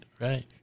right